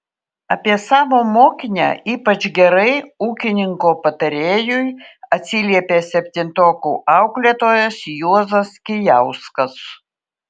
apie savo mokinę ypač gerai ūkininko patarėjui atsiliepė septintokų auklėtojas juozas kijauskas